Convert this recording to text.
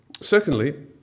Secondly